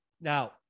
Now